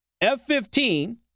F-15